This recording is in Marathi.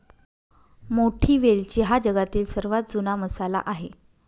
मोठी वेलची हा जगातील सर्वात जुना मसाला आहे